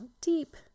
deep